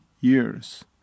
years